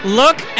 look